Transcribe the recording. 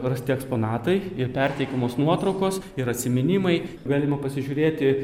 rasti eksponatai ir perteikiamos nuotraukos ir atsiminimai galima pasižiūrėti